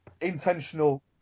intentional